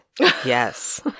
Yes